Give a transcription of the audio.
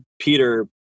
Peter